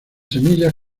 semillas